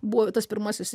buvo tas pirmasis